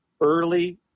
early